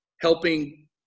helping